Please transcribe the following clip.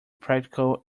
practical